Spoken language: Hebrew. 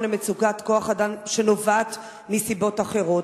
למצוקת כוח-אדם שנובעת מסיבות אחרות?